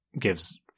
gives